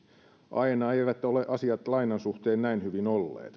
aina asiat lainan suhteen näin hyvin